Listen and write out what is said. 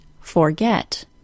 forget